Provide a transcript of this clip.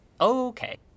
okay